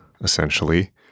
essentially